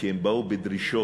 כי הם באו בדרישות